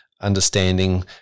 understanding